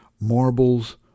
marbles